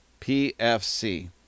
PFC